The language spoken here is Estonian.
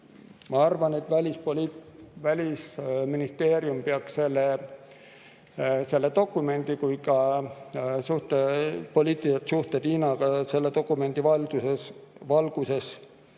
Ma arvan, et Välisministeerium peaks nii selle dokumendi kui ka poliitilised suhted Hiinaga selle dokumendi valguses